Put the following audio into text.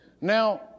Now